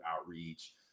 outreach